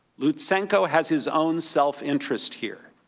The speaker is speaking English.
lutsenko has his own self-interest here.